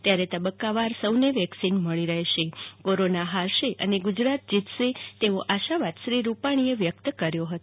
ત્યારે તબક્કાવાર સહુને વેક્સીન મળી રહેશે કોરોના હારશે ગુજરાત જીતશે એવો આશાવાદ શ્રી રૂપાણીએ વ્યક્ત કર્યો છે